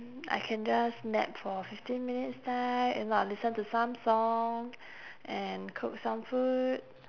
I can just nap for fifteen minutes time if not I'll listen to some song and cook some food